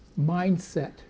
mindset